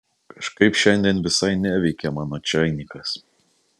kažkaip šiandien visai neveikia mano čeinikas